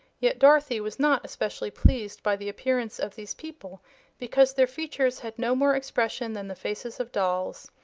yet dorothy was not especially pleased by the appearance of these people because their features had no more expression than the faces of dolls.